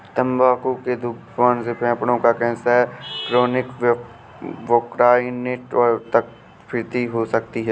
तंबाकू के धूम्रपान से फेफड़ों का कैंसर, क्रोनिक ब्रोंकाइटिस और वातस्फीति हो सकती है